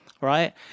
right